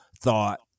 thought